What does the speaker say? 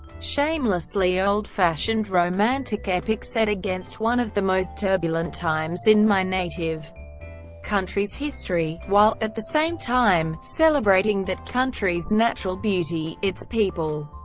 shamelessly old-fashioned romantic epic set against one of the most turbulent times in my native country's history, while, at the same time, celebrating that country's natural beauty, its people,